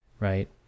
Right